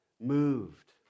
moved